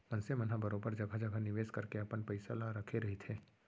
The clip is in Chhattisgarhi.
मनसे मन ह बरोबर जघा जघा निवेस करके अपन पइसा ल रखे रहिथे